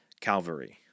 Calvary